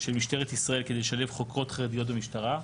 של משטרת ישראל כדי לשלב חוקרות חרדיות במשטרה,